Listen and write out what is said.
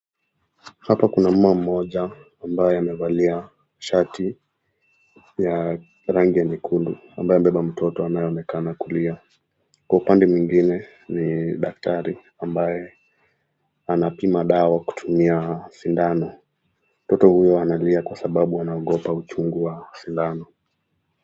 Hapa kuna mama mmoja ambaye amevalia shati ya rangi nyekundu ambaye amebeba mtoto anayeonekana kulia. Kwa upande mwingine ni daktari ambaye anapima dawa kutumia sindano. Mtoto huyu analia kwa sababu anaogopa uchungu wa sindano.